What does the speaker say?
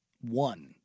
one